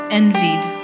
envied